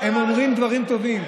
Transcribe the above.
הם אומרים דברים טובים.